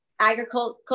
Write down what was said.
agriculture